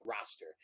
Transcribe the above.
roster